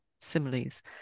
similes